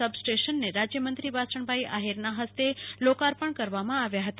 સબસ્ટેશનને રાજ્યમંત્રી વાસણભાઇ આહીરના હસ્તે લોકાર્પણ કરવામાં આવ્યા હતા